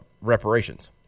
reparations